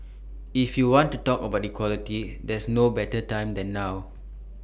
if you want to talk about equality there's no better time than now